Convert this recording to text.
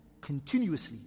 continuously